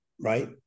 right